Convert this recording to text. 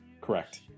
Correct